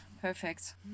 perfect